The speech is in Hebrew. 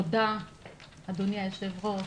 תודה אדוני היושב ראש,